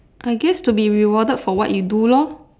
I guess to be rewarded for what you do lor